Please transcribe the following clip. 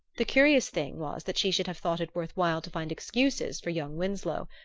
the curious thing was that she should have thought it worth while to find excuses for young winsloe.